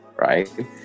right